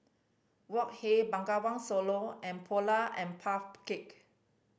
Wok Hey Bengawan Solo and Polar and Puff Cake